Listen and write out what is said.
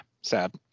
sad